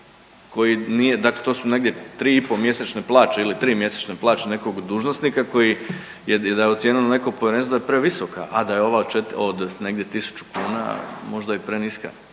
koji nije, dakle to su negdje 3 i po mjesečne plaće ili 3 mjesečne plaće nekog dužnosnika koji, je da je ocijenilo neko povjerenstvo da je previsoka, a da je ova od 4, od negdje tisuću kuna možda i preniska.